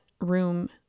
room